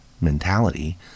mentality